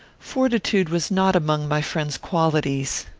fortitude was not among my friend's qualities.